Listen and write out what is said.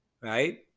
right